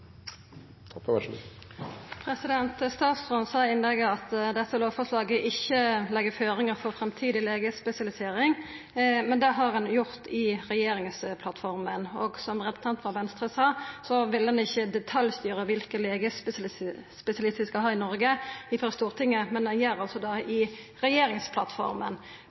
Statsråden sa i innlegget sitt at dette lovforslaget ikkje legg føringar for framtidig legespesialisering, men ein har lagt føringar i regjeringsplattforma, og som representanten frå Venstre sa, vil ein ikkje frå Stortinget detaljstyra kva for legespesialistar vi skal ha i Noreg, men ein gjer altså det i regjeringsplattforma.